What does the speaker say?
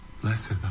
blessed